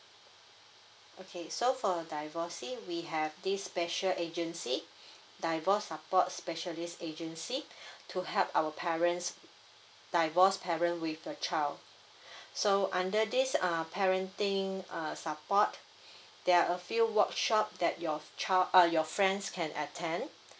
okay so for divorcee we have this special agency divorce support specialist agency to help our parents divorced parent with a child so under this uh parenting uh support there are a few workshop that your child uh your friends can attend